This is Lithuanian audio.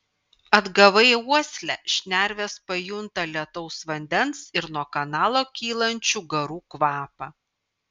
atgavai uoslę šnervės pajunta lietaus vandens ir nuo kanalo kylančių garų kvapą